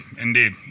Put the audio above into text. indeed